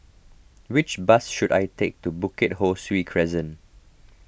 which bus should I take to Bukit Ho Swee Crescent